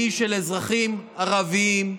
היא של אזרחים ערבים,